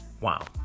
Wow